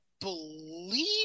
believe